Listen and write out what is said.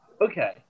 Okay